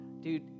dude